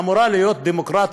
שאמורה להיות דמוקרטית